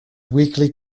weekly